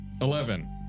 Eleven